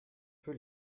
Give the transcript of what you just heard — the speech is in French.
peu